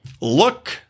look